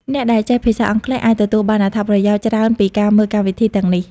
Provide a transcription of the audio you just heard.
អ្នកដែលចេះភាសាអង់គ្លេសអាចទទួលបានអត្ថប្រយោជន៍ច្រើនពីការមើលកម្មវិធីទាំងនេះ។